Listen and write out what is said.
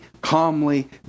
calmly